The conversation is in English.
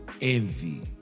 envy